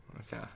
Okay